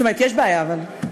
זאת אומרת, יש בעיה, אבל,